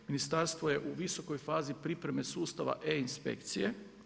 Ministarstvo je u visokoj fazi pripreme sustava e inspekcije.